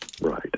Right